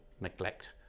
neglect